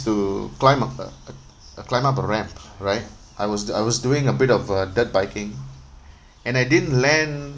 to climb up a a a climb up a ramp right I was I was doing a bit of uh dirt biking and I didn't land